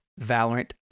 Valorant